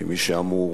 כמי שאמור